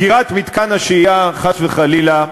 סגירת מתקן השהייה, חס וחלילה,